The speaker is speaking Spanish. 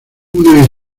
una